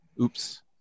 Oops